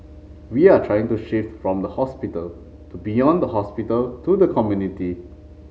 we are trying to shift from the hospital to beyond the hospital to the community